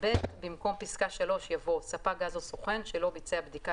במקום פסקה (3) יבוא: "ספק גז או סוכן שלא ביצע בדיקה